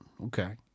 Okay